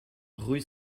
rue